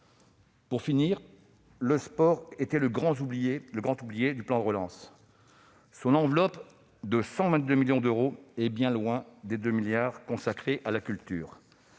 insuffisante. Le sport était le grand oublié du plan de relance. Son enveloppe de 122 millions d'euros est bien loin des 2 milliards d'euros consacrés à la culture.